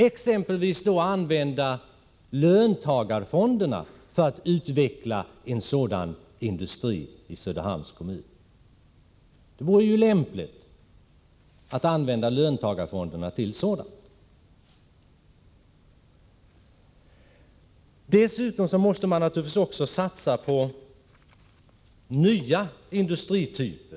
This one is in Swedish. Exempelvis kunde löntagarfonderna användas för utveckling av en industri av nämnda slag i Söderhamns kommun. Jag tycker att det vore lämpligt att använda löntagarfonderna till något sådant. Vidare måste man naturligtvis också satsa på nya industrityper.